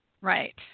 Right